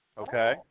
Okay